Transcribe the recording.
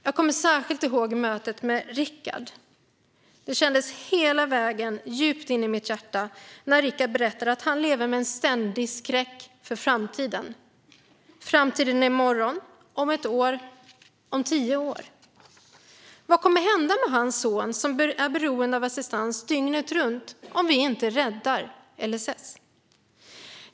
Jag kommer särskilt ihåg mötet med Rickard. Det kändes hela vägen djupt in i mitt hjärta när Rickard berättade att han lever med en ständig skräck för framtiden. Vad kommer att hända i morgon, om ett år, om tio år med hans son som är beroende av assistans dygnet runt om vi inte räddar LSS?